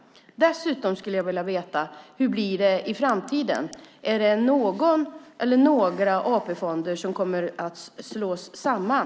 Hur blir det i framtiden? Är det någon eller några AP-fonder som kommer att slås samman?